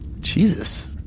Jesus